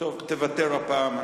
תוותר הפעם,